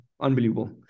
unbelievable